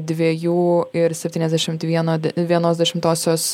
dviejų ir septyniasdešimt vieno d vienos dešimtosios